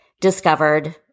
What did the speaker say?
discovered